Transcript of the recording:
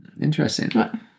Interesting